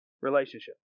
relationship